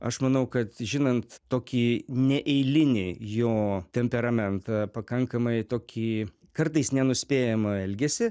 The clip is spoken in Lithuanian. aš manau kad žinant tokį neeilinį jo temperamentą pakankamai tokį kartais nenuspėjamą elgesį